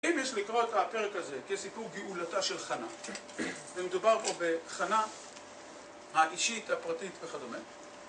אם יש לקרוא את הפרק הזה כסיפור גאולתה של חנה, זה מדובר פה בחנה האישית, הפרטית וכדומה.